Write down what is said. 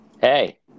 Hey